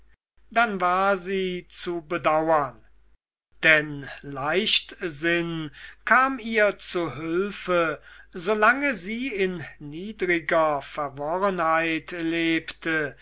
dann war sie zu bedauern denn leichtsinn kam ihr zu hülfe solange sie in niedriger verworrenheit lebte